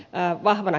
näin vahvana